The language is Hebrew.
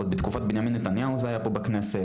עוד בתקופת בנימין נתניהו זה היה פה בכנסת,